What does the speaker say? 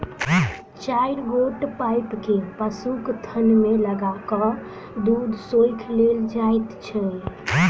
चारि गोट पाइप के पशुक थन मे लगा क दूध सोइख लेल जाइत छै